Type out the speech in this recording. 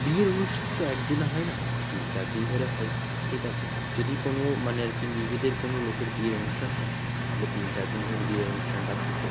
বিয়ের অনুষ্ঠান তো এক দিনে হয় না তিন চার দিন ধরে হয় ঠিক আছে যদি কোনো মানে আর কি নিজেদের কোনো লোকের বিয়ের অনুষ্ঠান হয় তাহলে তিন চার দিন ধরে বিয়ের অনুষ্ঠানটা থাকে